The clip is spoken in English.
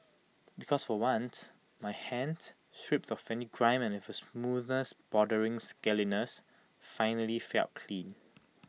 because for once my hands stripped of any grime and with A smoothness bordering scaliness finally felt clean